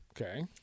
Okay